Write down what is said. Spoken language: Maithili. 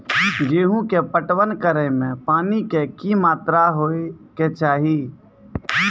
गेहूँ के पटवन करै मे पानी के कि मात्रा होय केचाही?